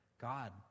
God